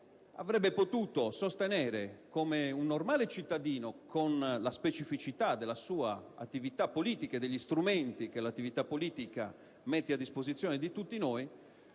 avrebbe potuto difendersi come un normale cittadino. Con la specificità della sua attività politica e degli strumenti che l'attività politica mette a disposizione di tutti noi,